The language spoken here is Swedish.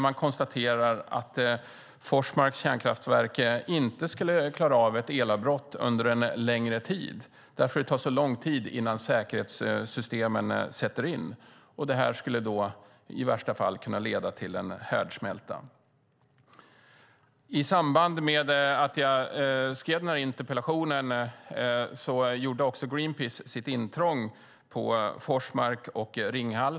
Man konstaterar att Forsmarks kärnkraftverk inte skulle klara av ett elavbrott under en längre tid eftersom det tar så lång tid innan säkerhetssystemen sätter in. Det skulle då i värsta fall kunna leda till en härdsmälta. I samband med att jag skrev den här interpellationen gjorde också Greenpeace sitt intrång i Forsmark och Ringhals.